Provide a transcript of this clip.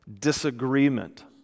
Disagreement